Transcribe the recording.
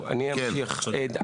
אמשיך.